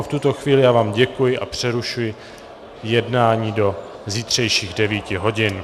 V tuto chvíli vám děkuji a přerušuji jednání do zítřejších 9 hodin.